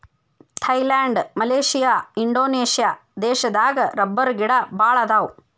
Thailand Malaysia Indonesia ದೇಶದಾಗ ರಬ್ಬರಗಿಡಾ ಬಾಳ ಅದಾವ